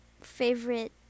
favorite